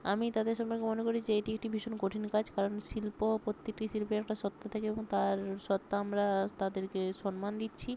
আমি তাদের সম্পর্কে মনে করি যে এটি একটি ভীষণ কঠিন কাজ কারণ শিল্প প্রত্যেকটি শিল্পের একটা সত্য থাকে এবং তার সত্ত্বা আমরা তাদেরকে সম্মান দিচ্ছি